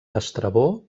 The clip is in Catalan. estrabó